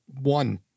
one